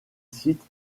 site